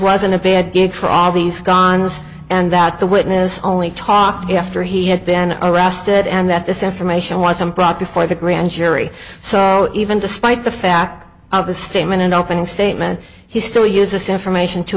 wasn't a bad gig for all these gone's and that the witness only talking after he had been arrested and that this information wasn't brought before the grand jury so even despite the fact of his statement in opening statement he still use this information to